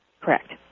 Correct